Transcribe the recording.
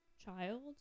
child